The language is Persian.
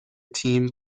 تیم